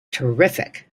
terrific